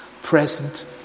present